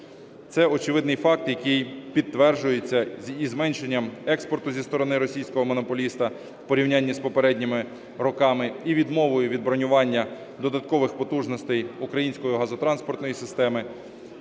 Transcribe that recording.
Це очевидний факт, який підтверджується із зменшення експорту зі сторони російського монополіста у порівнянні з попередніми роками, і відмовою від бронювання додаткових потужностей української газотранспортної системи.